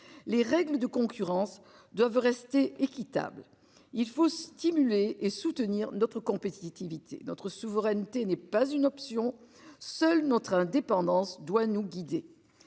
Les règles de concurrence doivent rester équitable il faut stimuler et soutenir notre compétitivité, notre souveraineté n'est pas une option seuls notre indépendance doit nous guider.